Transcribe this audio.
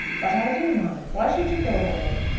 but i do mind. why should you go away?